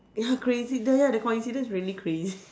ya crazy the ya the coincidence is really crazy